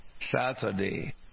Saturday